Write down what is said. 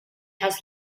has